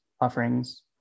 offerings